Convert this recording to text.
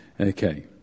Okay